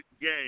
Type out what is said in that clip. game